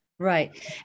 Right